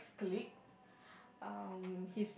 colleague um he's the